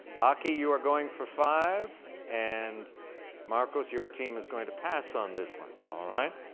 aki, you are going for five? and marcus, your team is going to pass on this one. all right.